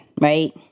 right